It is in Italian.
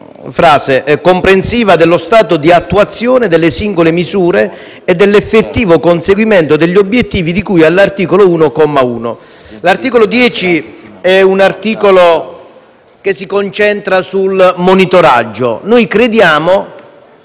frase: «comprensiva dello stato di attuazione delle singole misure e dell'effettivo conseguimento degli obiettivi di cui all'articolo 1, comma 1.» L'articolo 10 si concentra sul monitoraggio. Noi crediamo